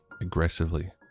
aggressively